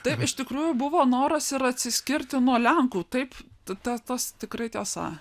taip iš tikrųjų buvo noras ir atsiskirti nuo lenkų taip ta tas tikrai tiesa